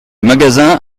magazin